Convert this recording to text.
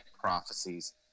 prophecies